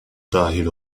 dahil